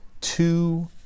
two